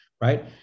right